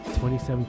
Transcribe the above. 2017